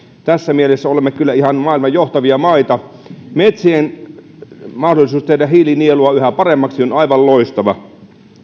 tässä mielessä olemme kyllä ihan maailman johtavia maita metsien mahdollisuus tehdä hiilinielua yhä paremmaksi on aivan loistava